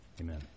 Amen